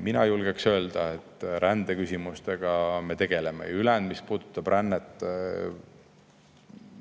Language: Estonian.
Mina julgeksin öelda, et me rändeküsimustega tegeleme. Ja mis puudutab ülejäänud rännet,